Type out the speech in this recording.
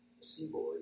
seaboard